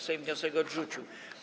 Sejm wniosek odrzucił.